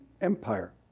empire